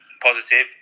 positive